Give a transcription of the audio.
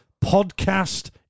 podcast